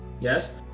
yes